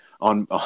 on